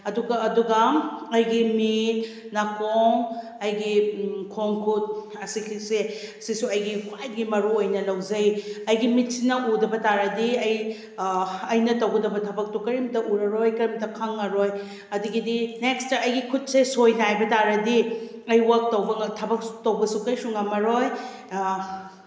ꯑꯗꯨꯒ ꯑꯗꯨꯒ ꯑꯩꯒꯤ ꯃꯤꯠ ꯅꯥꯀꯣꯡ ꯑꯩꯒꯤ ꯈꯣꯡ ꯈꯨꯠ ꯑꯁꯤꯀꯤꯁꯦ ꯑꯁꯤꯁꯨ ꯑꯩꯒꯤ ꯈ꯭ꯋꯥꯏꯗꯒꯤ ꯃꯔꯨꯑꯣꯏꯅ ꯂꯧꯖꯩ ꯑꯩꯒꯤ ꯃꯤꯠꯁꯤꯅ ꯎꯗꯕ ꯇꯥꯔꯒꯗꯤ ꯑꯩ ꯑꯩꯅ ꯇꯧꯒꯗꯕ ꯊꯕꯛꯇꯣ ꯀꯔꯤꯝꯇ ꯎꯔꯔꯣꯏ ꯀꯔꯤꯝꯇ ꯈꯪꯉꯔꯣꯏ ꯑꯗꯨꯗꯒꯤꯗꯤ ꯅꯦꯛꯁꯇ ꯑꯩꯒꯤ ꯈꯨꯠꯁꯦ ꯁꯣꯏꯅꯥꯏꯕ ꯇꯥꯔꯗꯤ ꯑꯩ ꯋꯥꯛ ꯇꯧꯕ ꯊꯕꯛ ꯇꯧꯕꯁꯨ ꯀꯩꯁꯨ ꯉꯝꯃꯔꯣꯏ